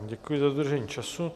Děkuji za dodržení času.